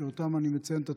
שאותם אני מציין כל שבוע,